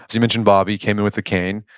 you mentioned bobby came in with a cane,